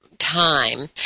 Time